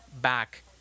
back